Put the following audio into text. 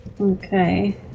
Okay